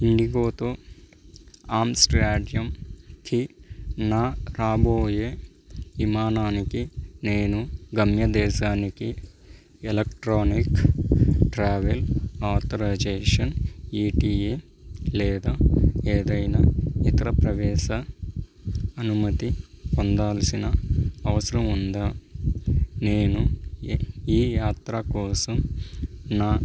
ఇండిగోతో ఆంస్ట్రాడ్యంకి నా రాబోయే విమానానికి నేను గమ్య దేశానికి ఎలక్ట్రానిక్ ట్రావెల్ ఆథరైజేషన్ ఈటీఏ లేదా ఏదైనా ఇతర ప్రవేశ అనుమతి పొందాల్సిన అవసరం ఉందా నేను ఈ యాత్ర కోసం నా